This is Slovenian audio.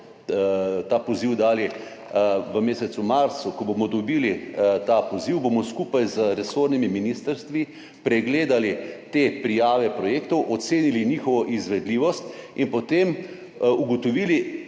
ta poziv dali v mesecu marcu, ko bomo dobili ta poziv, bomo skupaj z resornimi ministrstvi pregledali te prijave projektov, ocenili njihovo izvedljivost in potem ugotovili